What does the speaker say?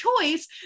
choice